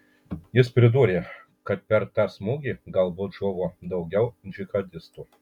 jis pridūrė kad per tą smūgį galbūt žuvo daugiau džihadistų